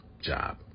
job